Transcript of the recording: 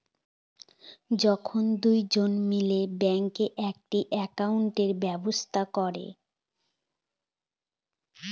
যখন দুজন মিলে ব্যাঙ্কে একটি একাউন্টের ব্যবস্থা করে